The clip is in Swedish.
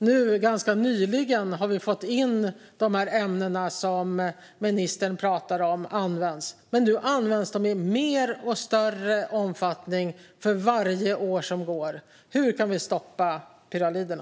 Nu har vi ganska nyligen fått in de här ämnena som ministern pratar om att de används, men nu används de i mer och större omfattning för varje år som går. Hur kan vi stoppa pyraliderna?